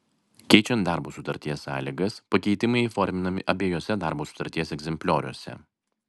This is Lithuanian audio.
keičiant darbo sutarties sąlygas pakeitimai įforminami abiejuose darbo sutarties egzemplioriuose